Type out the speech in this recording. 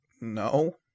no